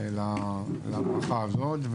לברכה הזאת,